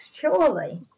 surely